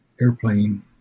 airplane